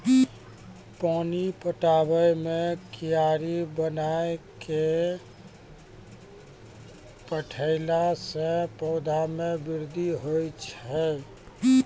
पानी पटाबै मे कियारी बनाय कै पठैला से पौधा मे बृद्धि होय छै?